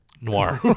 Noir